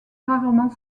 rarement